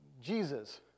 Jesus